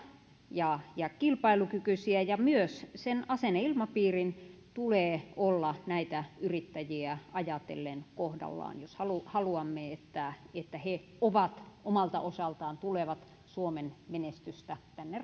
ja ja kilpailukykyisiä ja myös sen asenneilmapiirin tulee olla näitä yrittäjiä ajatellen kohdallaan jos haluamme että että he omalta osaltaan tulevat suomen menestystä tänne